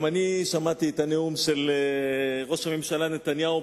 גם אני שמעתי את הנאום של ראש הממשלה נתניהו,